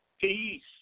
Peace